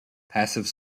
passive